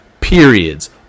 periods